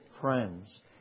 friends